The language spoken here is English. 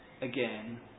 again